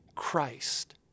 Christ